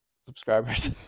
subscribers